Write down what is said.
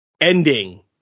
ending